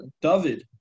David